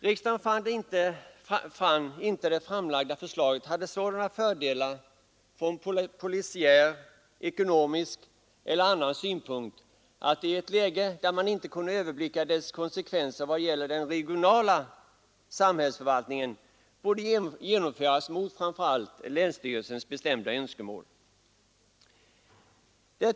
Riksdagen fann inte att det framlagda förslaget hade sådana fördelar från polisiär, ekonomisk eller annan synpunkt att det i ett läge, där man inte kunde överblicka dess konsekvenser i vad gäller den regionala samhällsförvaltningen, borde genomföras mot framför allt länsstyrelsens bestämda önskemål.